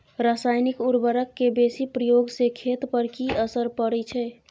रसायनिक उर्वरक के बेसी प्रयोग से खेत पर की असर परै छै?